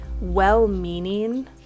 well-meaning